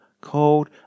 called